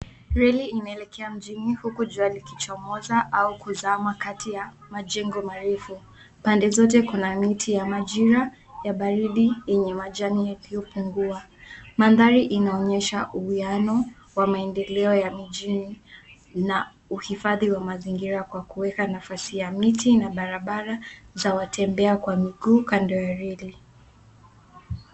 Reli inaelekea mjini huku jua likichomoza au kuzama kati ya majengo marefu. Pande zote kuna miti ya majira ya baridi yenye majani yaliyopengua. Mandhari inaonyesha uwiano wa maendeleo ya mijini na uhifadhi wa mazingira kwa kuweka nafasi ya miti na barabara za watembea kwa miguu kando ya reli.